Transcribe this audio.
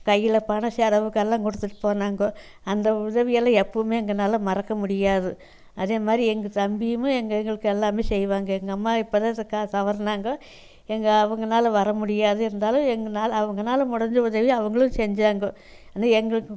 கையில் பணம் செலவுக்கெல்லாம் கொடுத்துட்டு போனாங்கோ அந்த உதவியெல்லாம் எப்போவுமே எங்களால மறக்க முடியாது அதேமாதிரி எங்கள் தம்பியும் எங்களுக்கு எல்லாமே செய்வாங்க எங்கம்மா இப்போதா தவறினாங்கோ எங்கள் அவங்களால வர முடியாது இருந்தாலும் எங்களால அவங்களால முடிஞ்ச உதவியை அவர்களும் செஞ்சாங்கோ ஆனால் எங்களுக்கு